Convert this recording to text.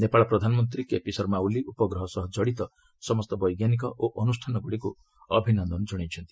ନେପାଳ ପ୍ରଧାନମନ୍ତ୍ରୀ କେପି ଶର୍ମା ଓଲି ଉପଗ୍ରହ ସହ ଜଡ଼ିତ ସମସ୍ତ ବୈଜ୍ଞାନିକ ଓ ଅନୁଷ୍ଠାନଗୁଡ଼ିକୁ ଅଭିନନ୍ଦନ ଜଣାଇଛନ୍ତି